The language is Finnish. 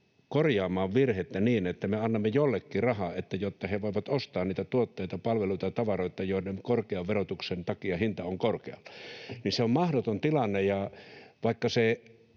korjaamaan virhettä niin, että me annamme joillekin rahaa, jotta he voivat ostaa niitä tuotteita, palveluita ja tavaroita, joiden korkean verotuksen takia hinta on korkealla. Se on mahdoton tilanne. Vaikka